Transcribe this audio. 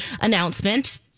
announcement